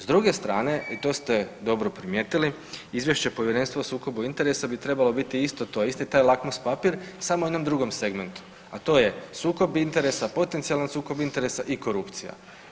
S druge strane i to ste dobro primijetili, izvješće Povjerenstva za odlučivanje o sukobu interesa bi trebalo biti isto to, isti taj lakmus papir samo u jednom drugom segmentu, a to je sukob interesa, potencijalni sukob interesa i korupcija.